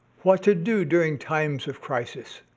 what to do during times of crisis,